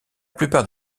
plupart